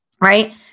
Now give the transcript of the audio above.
Right